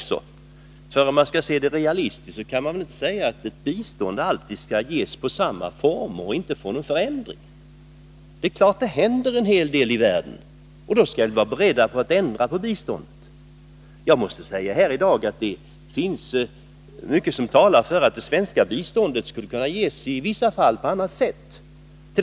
Skall man se det hela realistiskt, kan man väl inte säga att ett bistånd alltid måste ges i samma form utan någon förändring. Det händer givetvis en hel del i världen, och då skall vi vara beredda att ändra på biståndet. Mycket talar för att det svenska biståndet i vissa fall skulle kunna ges på annat sätt.